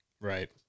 right